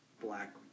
black